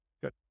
Good